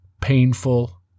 painful